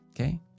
okay